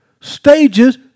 stages